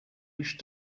wish